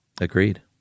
Agreed